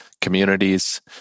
communities